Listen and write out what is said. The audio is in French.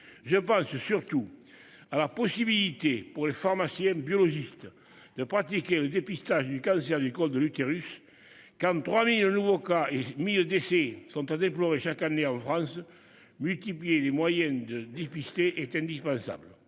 Je pense surtout à la possibilité pour le pharmacien biologiste de pratiquer le dépistage du cancer du col de l'utérus. 3000 nouveaux cas et 1000 décès sont à déplorer chaque année en France. Multiplier les moyens de dépister est indispensable.